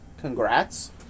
Congrats